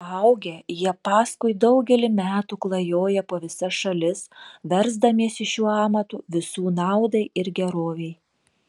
paaugę jie paskui daugelį metų klajoja po visas šalis versdamiesi šiuo amatu visų naudai ir gerovei